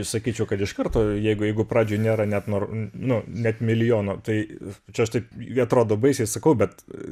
sakyčiau kad iš karto jeigu jeigu pradžioje nėra net noro nu net milijono tai čia aš taip jie atrodo baisiai sakau bet